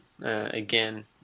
again